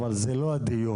אבל זה לא הדיון.